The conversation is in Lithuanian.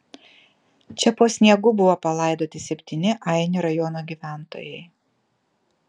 čia po sniegu buvo palaidoti septyni aini rajono gyventojai